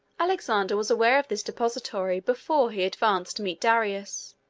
alexander was aware of this depository before he advanced to meet darius,